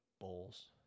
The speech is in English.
bowls